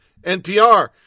NPR